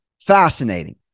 fascinating